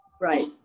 Right